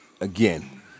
again